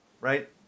right